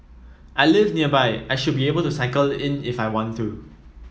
I live nearby I should be able to cycle in if I want to